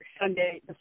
Sunday